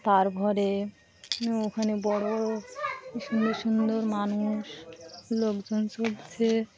তার পরে ওখানে বড় বড় সুন্দর সুন্দর মানুষ লোকজন চলছে